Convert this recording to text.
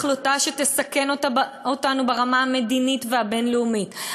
החלטה שתסכן אותנו ברמה המדינית והבין-לאומית,